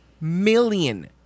million